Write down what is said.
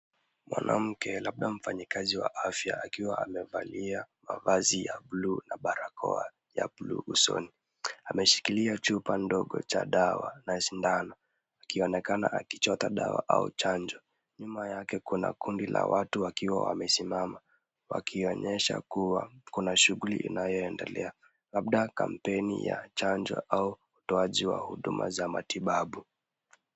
Mwanamke labda mfanyakazi wa afya akiwa amevalia mavazi ya bluu na barakoa ya ya bluu usoni. Ameshikilia chupa ndogo cha dawa na sindano akionekana akichota dawa au chanjo. Nyuma yake kuna kundi la watu wakiwa wamesimama wakionesha kuwa kuna shughuli inayoendelea labda kampeni ya chanjo au utoaji wa huduma za matibabu.